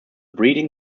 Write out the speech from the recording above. breeding